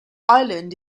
island